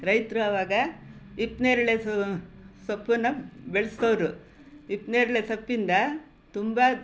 ರೈತ್ರು ಅವಾಗ ಹಿಪ್ನೇರಳೆ ಸೊಪ್ಪನ್ನು ಬೆಳೆಸೋರು ಹಿಪ್ನೇರಳೆ ಸೊಪ್ಪಿಂದ ತುಂಬ